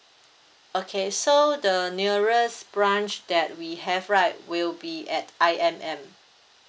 okay so the nearest branch that we have right will be at I_M_M